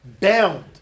bound